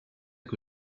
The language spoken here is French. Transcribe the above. que